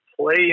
play